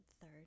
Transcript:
third